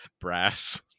brass